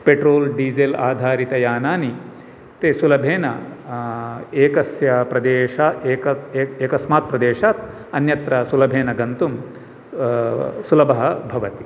petrol diesel आधारितयानानि ते सुलभेन एकस्य प्रदेशात् एकस्मात् प्रदेशात् अन्यत्र सुलभेन गन्तुं सुलभः भवति